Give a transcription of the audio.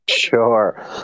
Sure